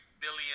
billion